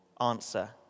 answer